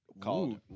called